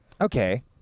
Okay